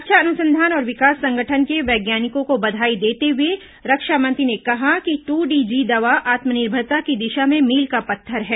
रक्षा अनुसंधान और विकास संगठन के वैज्ञानिकों को बधाई देते हुए रक्षा मंत्री ने कहा कि टू डी जी दवा आत्मनिर्भरता की दिशा में मील का पत्थर है